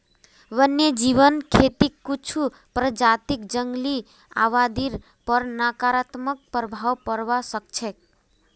वन्यजीव खेतीक कुछू प्रजातियक जंगली आबादीर पर नकारात्मक प्रभाव पोड़वा स ख छ